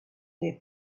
their